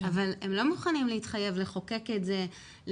אבל הם לא מוכנים להתחייב לחוקק את זה,